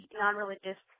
non-religious